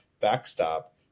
backstop